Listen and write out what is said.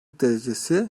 derecesi